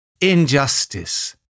injustice